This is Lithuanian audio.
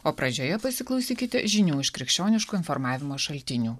o pradžioje pasiklausykite žinių iš krikščioniškų informavimo šaltinių